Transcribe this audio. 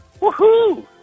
woohoo